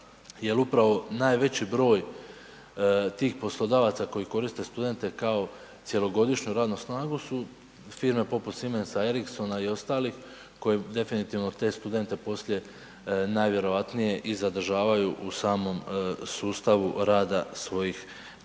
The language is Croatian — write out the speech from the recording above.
upravo najveći broj tih poslodavaca koji koriste studente kao cjelogodišnju radnu snagu su firme poput Siemensa, Ericssona i ostalih koji definitivno te studente poslije najvjerojatnije i zadržavaju u samom sustavu rada svojih